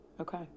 Okay